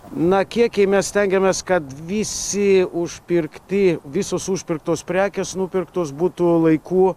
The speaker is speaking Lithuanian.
na kiekiai mes stengiamės kad visi užpirkti visos užpirktos prekės nupirktos būtų laiku